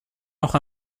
noch